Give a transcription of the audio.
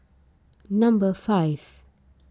number five